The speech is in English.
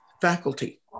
faculty